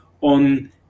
on